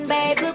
Baby